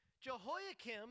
Jehoiakim